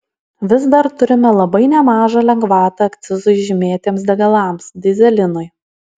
vis dar turime labai nemažą lengvatą akcizui žymėtiems degalams dyzelinui